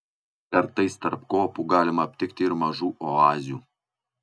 kartais tarp kopų galima aptikti ir mažų oazių